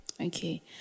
Okay